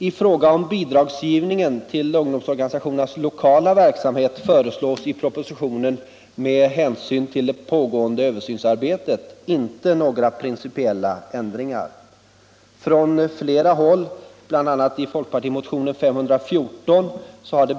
I fråga om bidragsgivningen till ungdomsorganisationernas lokala verksamhet föreslås i propositionen med hänsyn till det pågående översynsarbetet inte några principiella ändringar.